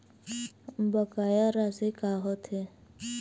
बकाया राशि का होथे?